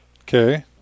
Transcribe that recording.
Okay